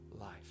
life